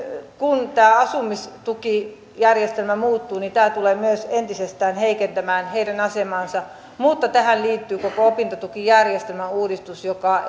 kun tämä asumistukijärjestelmä muuttuu tämä tulee myös entisestään heikentämään heidän asemaansa mutta tähän liittyy koko opintotukijärjestelmän uudistus joka